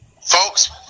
folks